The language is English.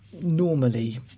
normally